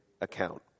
account